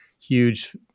huge